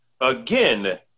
Again